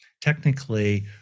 technically